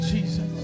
Jesus